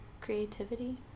creativity